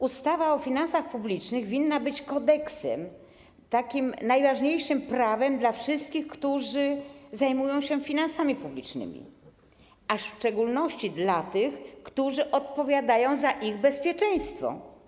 Ustawa o finansach publicznych winna być kodeksem, takim najważniejszym prawem dla wszystkich, którzy zajmują się finansami publicznymi, a w szczególności dla tych, którzy odpowiadają za ich bezpieczeństwo.